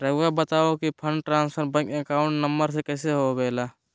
रहुआ बताहो कि fund transfer bank account number में कैसे होबेला?